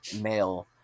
male